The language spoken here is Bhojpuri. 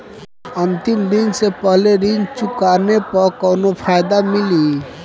अंतिम दिन से पहले ऋण चुकाने पर कौनो फायदा मिली?